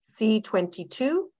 C22